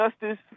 justice